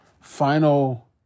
final